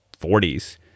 40s